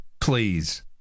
Please